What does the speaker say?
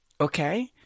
Okay